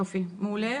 יופי, מעולה.